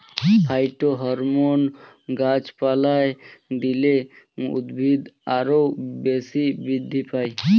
phytohormone গাছপালায় দিলে উদ্ভিদ আরও বেশি বৃদ্ধি পায়